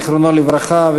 זכרו לברכה,